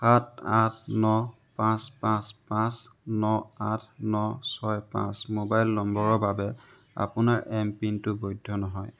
সাত আঠ ন পাঁচ পাঁচ পাঁচ ন আঠ ন ছয় পাঁচ মোবাইল নম্বৰৰ বাবে আপোনাৰ এমপিনটো বৈধ নহয়